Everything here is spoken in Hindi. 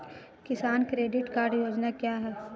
किसान क्रेडिट कार्ड योजना क्या है?